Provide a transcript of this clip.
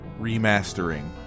remastering